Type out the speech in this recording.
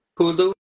Hulu